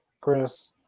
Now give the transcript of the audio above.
Chris